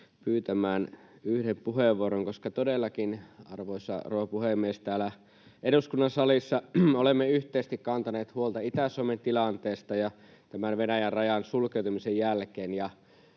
pyytämään yhden puheenvuoron, koska todellakin, arvoisa rouva puhemies, täällä eduskunnan salissa olemme yhteisesti kantaneet huolta Itä-Suomen tilanteesta tämän Venäjän rajan sulkeutumisen jälkeen.